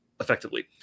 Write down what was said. effectively